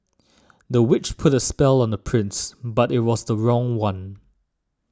the witch put a spell on the prince but it was the wrong one